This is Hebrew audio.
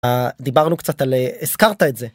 דיברנו קצת על, הזכרת את זה.